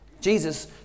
Jesus